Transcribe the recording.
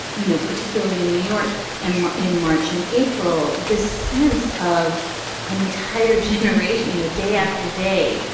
you know, particularly in new york and in march and april, this sense of an entire generation. you know, day after day,